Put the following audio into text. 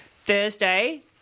Thursday